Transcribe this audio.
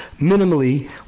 minimally